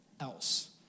else